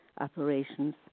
operations